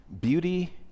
Beauty